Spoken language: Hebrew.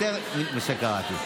יותר ממה שקראתי.